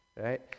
right